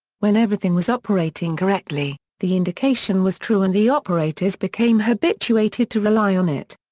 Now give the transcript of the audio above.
when everything was operating correctly, the indication was true and the operators became habituated to rely on it.